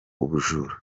ubujura